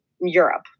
Europe